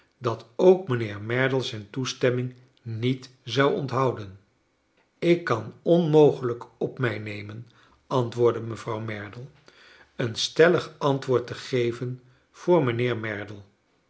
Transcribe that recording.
dat ook mijnheer merdle zijne toestemming niet zou onthouden ik kan onmogelrjk op mij nemen ant woordde mevrou w merdle een stellig antwoord te geven voor mijnheer merdle